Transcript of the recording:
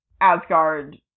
Asgard